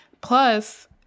plus